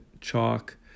chalk